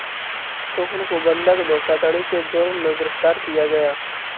सोहन को बंधक धोखाधड़ी के जुर्म में गिरफ्तार किया गया